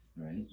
right